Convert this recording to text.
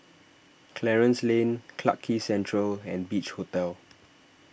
Clarence Lane Clarke Quay Central and Beach Hotel